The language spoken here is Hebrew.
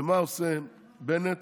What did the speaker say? ומה עושה בנט?